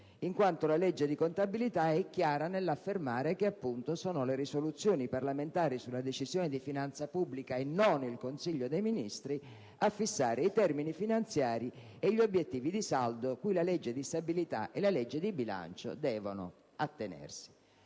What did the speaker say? in quanto la legge di contabilità è chiara nell'affermare che, appunto, sono le risoluzioni parlamentari sulla decisione di finanza pubblica, e non il Consiglio dei ministri, a fissare i termini finanziari e gli obiettivi di saldo cui la legge di stabilità e la legge di bilancio devono attenersi.